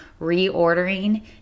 reordering